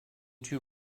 too